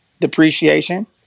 depreciation